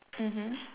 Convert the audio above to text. mmhmm